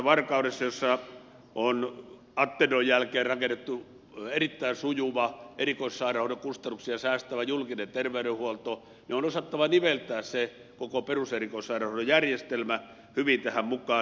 varkaudessa jossa on attendon jälkeen rakennettu erittäin sujuva erikoissairaanhoidon kustannuksia säästävä julkinen terveydenhuolto on osattava niveltää se koko perus ja erikoissairaanhoidon järjestelmä hyvin tähän mukaan